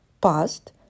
past